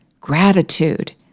Gratitude